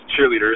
cheerleaders